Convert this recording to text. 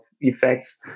effects